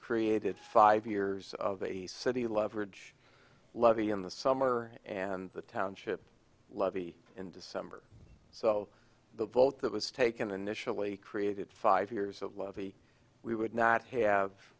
created five years of a city leverage levy in the summer and the township levy in december so the vote that was taken and mischel a created five years of levy we would not have